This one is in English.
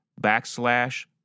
backslash